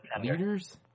leaders